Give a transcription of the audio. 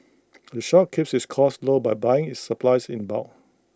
the shop keeps its costs low by buying its supplies in bulk